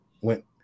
went